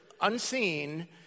unseen